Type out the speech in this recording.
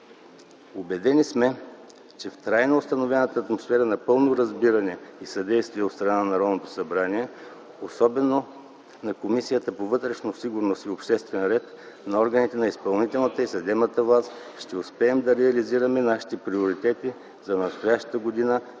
Убедени сме, че в трайно установената атмосфера на пълно разбиране и съдействие от страна на Народното събрание, особено на Комисията по вътрешна сигурност и обществен ред, на органите на изпълнителната и съдебната власт ще успеем да реализираме нашите приоритети за настоящата година